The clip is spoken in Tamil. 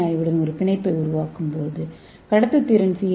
ஏ ஆய்வுடன் ஒரு பிணைப்பை உருவாக்கும் போது கடத்துத்திறன் சி